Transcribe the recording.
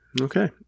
Okay